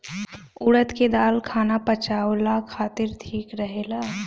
उड़द के दाल खाना पचावला खातिर ठीक रहेला